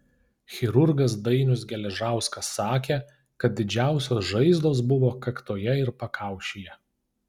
chirurgas dainius geležauskas sakė kad didžiausios žaizdos buvo kaktoje ir pakaušyje